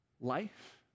life